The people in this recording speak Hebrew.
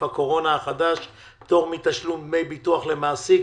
הקורונה החדש) (פטור מתשלום דמי ביטוח למעסיק